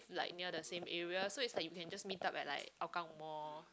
like near the same area so it's like you can just meet up at like Hougang Mall